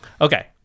Okay